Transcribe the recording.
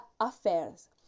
affairs